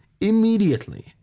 immediately